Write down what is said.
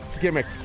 gimmick